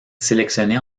sélectionnés